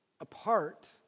apart